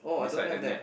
beside the net